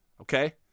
Okay